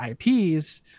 IPs